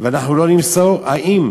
ואנחנו לא נמסור, האם